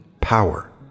power